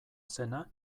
zena